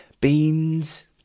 beans